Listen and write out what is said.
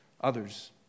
others